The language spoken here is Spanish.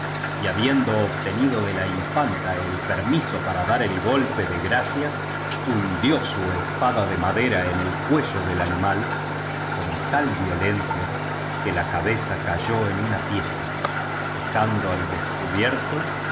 y habiendo obtenido de la infanta el permiso para dar el golpe de gracia hundió su espada de madera en el cuello del animal con tal violencia que la cabeza cayó en una pieza de jando al descubierto